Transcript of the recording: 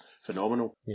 phenomenal